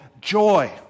joy